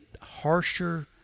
harsher